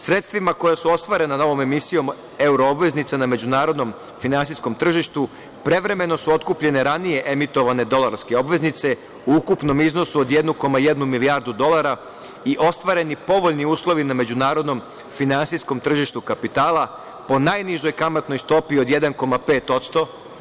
Sredstvima koja su ostvarena novom emisijom euroobveznica na međunarodnom finansijskom tržištu, prevremeno su otkupljene ranije emitovane dolarske obveznice u ukupnom iznosu od 1,1 milijardu dolara i ostvareni povoljni uslovi na međunarodnom finansijskom tržištu kapitala, po najnižoj kamatnoj stopi od 1,5%